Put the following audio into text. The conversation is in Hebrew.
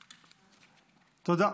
תודה.